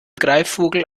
greifvogel